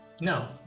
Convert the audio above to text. No